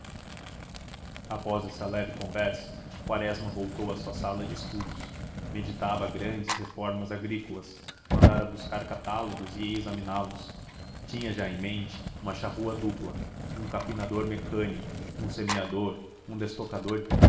após esta leve conversa quaresma voltou à sua sala de estudos meditava grandes reformas agrícolas mandara buscar catálogos e ia examiná los tinha já em mente uma charrua dupla um capinador mecânico um semeador um destocador